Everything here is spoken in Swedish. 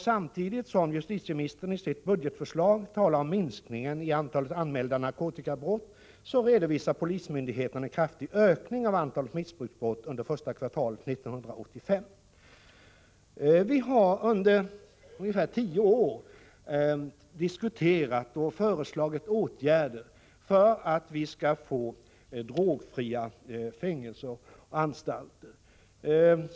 Samtidigt som justitieministern i sitt budgetförslag talar om minskningen i antalet anmälda narkotikabrott redovisar polismyndigheterna en kraftig ökning av antalet missbruksbrott under första kvartalet 1985. Vi har under ungefär tio år diskuterat och föreslagit åtgärder för att få drogfria fängelser och anstalter.